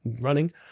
running